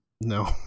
No